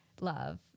love